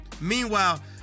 Meanwhile